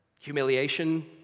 humiliation